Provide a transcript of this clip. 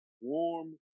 warm